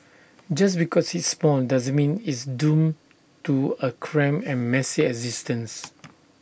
just because it's small doesn't mean it's doomed to A cramped and messy existence